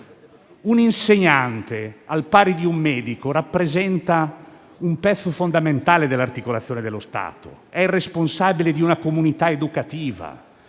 Un insegnante, al pari di un medico, rappresenta un pezzo fondamentale dell' articolazione dello Stato; è il responsabile di una comunità educativa.